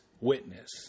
witness